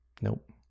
Nope